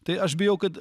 tai aš bijau kad